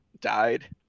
died